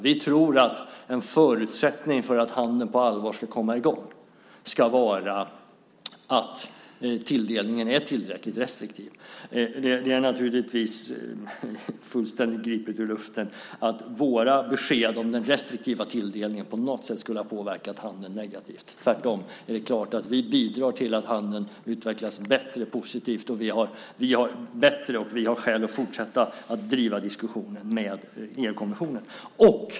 Vi tror att en förutsättning för att handeln på allvar ska komma i gång är att tilldelningen är tillräckligt restriktiv. Det är naturligtvis fullständigt gripet ur luften att våra besked om den restriktiva tilldelningen på något sätt skulle ha påverkat handeln negativt. Tvärtom är det klart att vi bidrar till att handeln utvecklas bättre och positivt. Vi har skäl att fortsätta att driva diskussionen med elkommissionen.